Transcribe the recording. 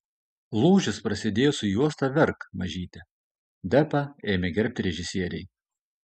lūžis prasidėjo su juosta verk mažyte depą ėmė gerbti režisieriai